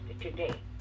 today